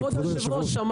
כבוד היושב-ראש,